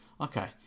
Okay